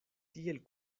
tiel